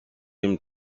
him